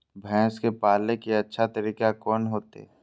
भैंस के पाले के अच्छा तरीका कोन होते?